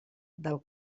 del